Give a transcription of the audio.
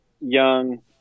young